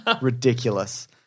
Ridiculous